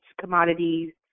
commodities